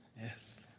Yes